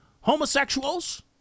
homosexuals